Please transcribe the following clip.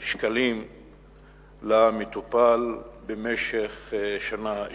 שקלים למטופל במשך שנה שלמה.